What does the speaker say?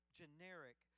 generic